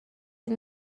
این